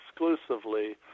exclusively